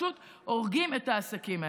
פשוט הורגים את העסקים האלה.